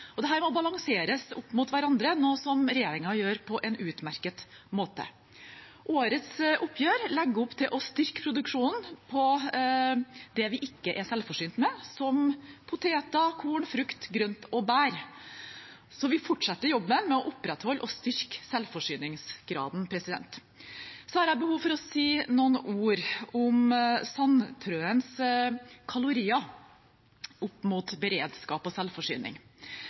må balanseres opp mot hverandre, noe som regjeringen gjør på en utmerket måte. Årets oppgjør legger opp til å styrke produksjonen på det vi ikke er selvforsynt med, som poteter, korn, frukt, grønt og bær, så vi fortsetter jobben med å opprettholde og styrke selvforsyningsgraden. Så har jeg behov for å si noen ord om Sandtrøens kalorier opp mot beredskap og selvforsyning.